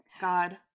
God